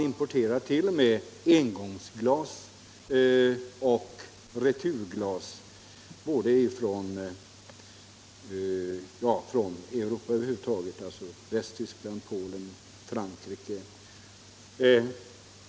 Vi importerar t.o.m. engångsglas och returglas från övriga Europa, Västtyskland, Polen, Frankrike.